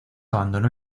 abandonó